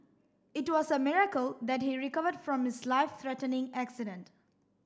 it was a miracle that he recovered from his life threatening accident